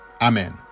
Amen